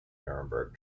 nuremberg